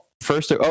first